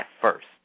first